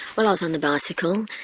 well i was on the bicycle.